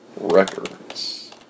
records